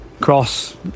Cross